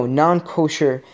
non-kosher